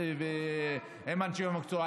עם אנשי המקצוע,